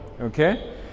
okay